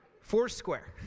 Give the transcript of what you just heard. Foursquare